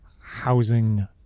housing